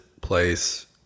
place